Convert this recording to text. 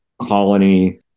colony